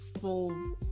full